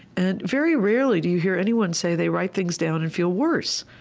and very rarely do you hear anyone say they write things down and feel worse.